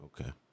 Okay